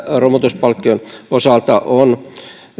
romutuspalkkion osalta on